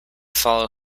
follow